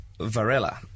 Varela